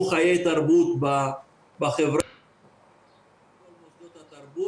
חיי תרבות בחברה --- כל מוסדות התרבות.